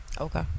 Okay